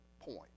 point